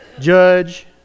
judge